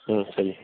ம் சரி